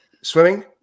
swimming